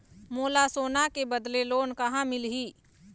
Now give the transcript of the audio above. मोला सोना के बदले लोन कहां मिलही?